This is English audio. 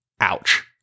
ouch